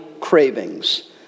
cravings